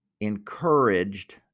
encouraged